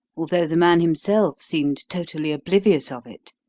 although the man himself seemed totally oblivious of it.